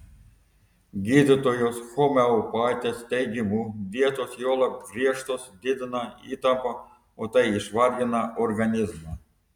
gydytojos homeopatės teigimu dietos juolab griežtos didina įtampą o tai išvargina organizmą